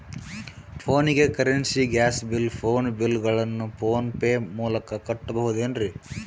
ಫೋನಿಗೆ currency, gas bill, phone bill ಗಳನ್ನು PhonePe ಮೂಲಕ ಕಟ್ಟಬಹುದೇನ್ರಿ?